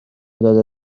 داده